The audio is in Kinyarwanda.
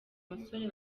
musore